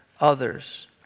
others